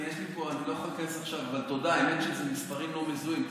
יש לי פה, האמת שאלה מספרים לא מזוהים.